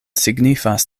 signifas